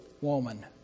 woman